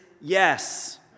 yes